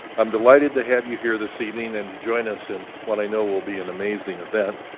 i'm delighted to have you here this evening and to join us in what i know will be an amazing event.